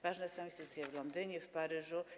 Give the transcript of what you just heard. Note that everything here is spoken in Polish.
Ważne są instytucje w Londynie, w Paryżu.